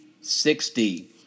sixty